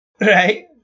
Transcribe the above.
Right